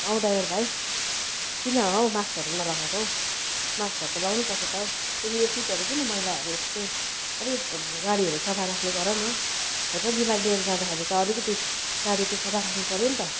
औ ड्राइभर भाइ किन हौ माक्सहरू नलगाएको हौ माक्सहरू त लगाउनु पर्छ त हौ फेरि यो सिटहरू किन मैला यस्तो अलिकति गाडीहरू सफा राख्ने गर न हौ हेर त बिमारी लिएर जाँदाखेरि त अलिकति गाडी त सफा राख्नुपऱ्यो नि त